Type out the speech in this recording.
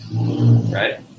right